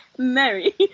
Mary